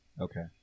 Okay